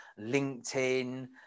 linkedin